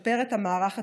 לשפר את המערך הטיפולי.